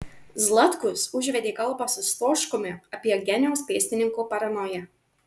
zlatkus užvedė kalbą su stoškumi apie geniaus pėstininko paranoją